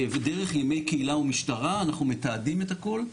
ודרך ימי קהילה ומשטרה, אנחנו מתעדים את הכל,